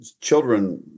children